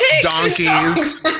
donkeys